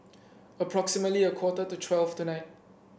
approximately a quarter to twelve tonight